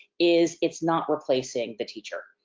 is it's not replacing the teacher,